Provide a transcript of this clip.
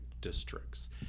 districts